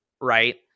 right